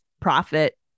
profit